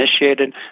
initiated